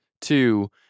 Two